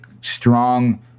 strong